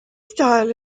style